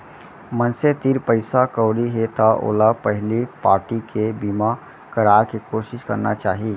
मनसे तीर पइसा कउड़ी हे त ओला पहिली पारटी के बीमा कराय के कोसिस करना चाही